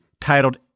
titled